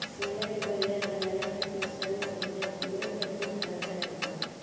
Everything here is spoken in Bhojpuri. सेना के बरियार बनावे खातिर सैन्य बजट में अधिक खर्चा होता